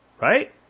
Right